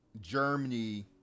Germany